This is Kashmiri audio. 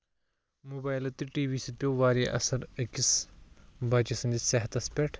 موبایلہٕ تہٕ ٹی وی سۭتۍ پیٚوو واریاہ اَثر أکِس بَچہِ سٕندِس صحتس پٮ۪ٹھ